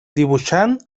dibuixant